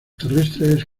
terrestres